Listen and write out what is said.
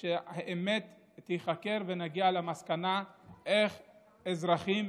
שהאמת תיחקר ושנגיע למסקנה איך אזרחים,